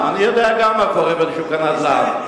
גם אני יודע מה קורה בשוק הנדל"ן,